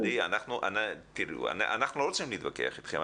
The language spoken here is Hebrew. עדי, אנחנו לא רוצים להתווכח אתכם.